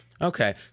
Okay